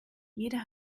jeder